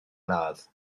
ladd